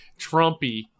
Trumpy